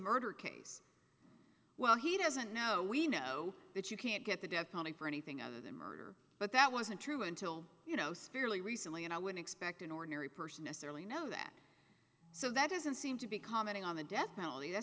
murder case well he doesn't know we know that you can't get the death penalty for anything other than murder but that wasn't true until you know spear lee recently and i would expect an ordinary person necessarily known that so that doesn't seem to be commenting on the death penalty th